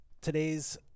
Today's